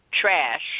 trash